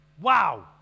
Wow